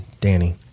Danny